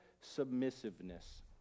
submissiveness